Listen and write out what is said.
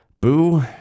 Boo